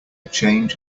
change